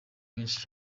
benshi